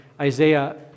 Isaiah